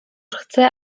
chce